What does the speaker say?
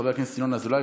חבר הכנסת ינון אזולאי.